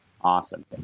Awesome